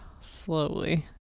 slowly